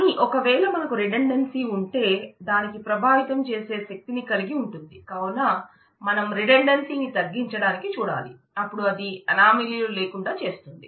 కాని ఒకవేళ మనకు రిడండెన్సీ లు లేకుండా చేస్తుంది